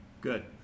Good